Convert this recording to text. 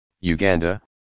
Uganda